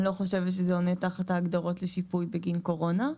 אני לא חושבת שזה עונה להגדרות לשיפוי בגין קורונה.